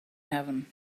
heaven